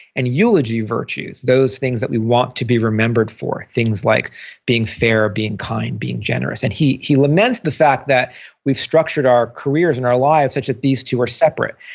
and eulogy virtues, those things that we want to be remembered for, things like being fair, being kind, being generous. and he he laments the fact that we've structured our careers and our lives such that these two are separate.